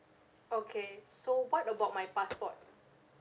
okay so what about my passport